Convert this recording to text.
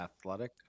Athletic